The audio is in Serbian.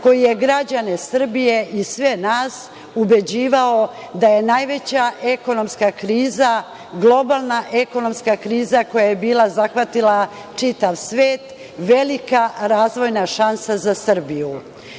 koji je građane Srbije i sve nas ubeđivao da je najveća ekonomska kriza, globalna ekonomska kriza koja je bila zahvatila čitav svet, velika razvojna šansa za Srbiju.